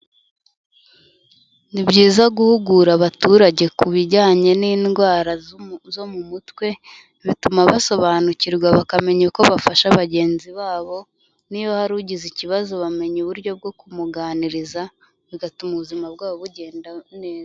Ni byiza guhugura abaturage ku bijyanye n'indwara zo mu mutwe, bituma basobanukirwa bakamenya uko bafasha bagenzi babo, niba hari ugize ikibazo bamenya uburyo bwo kumuganiriza, bigatuma ubuzima bwabo bugenda neza.